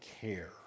care